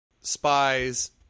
spies